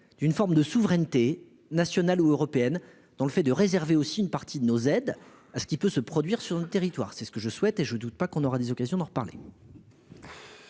d'une forme de souveraineté, nationale ou européenne, en réservant une partie des aides à ce qui peut être produit sur notre territoire. C'est ce que je souhaite ; je ne doute pas que nous aurons l'occasion d'en reparler.